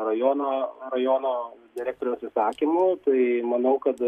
rajono rajono rektoriaus įsakymu tai manau kad